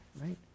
right